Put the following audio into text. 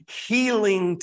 healing